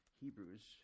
Hebrews